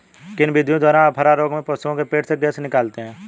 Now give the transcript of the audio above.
किन विधियों द्वारा अफारा रोग में पशुओं के पेट से गैस निकालते हैं?